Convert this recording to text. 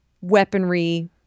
weaponry